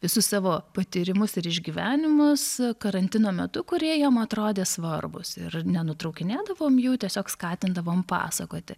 visus savo patyrimus ir išgyvenimus karantino metu kurie jam atrodė svarbūs ir nenutraukinėdavom jų tiesiog skatindavom pasakoti